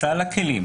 סל הכלים,